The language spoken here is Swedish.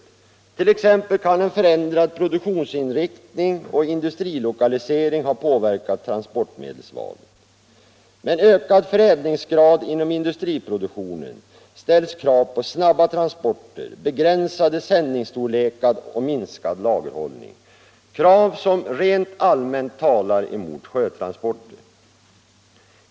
Så kan t.ex. en förändrad produktionsinriktning och industrilokalisering ha påverkat transportmedelsvalet. En ökad förädlingsgrad inom industriproduktionen ställer krav på snabba transporter, begränsade sändningsstorlekar och minskad lagerhållning, krav som rent allmänt talar emot sjötransporter.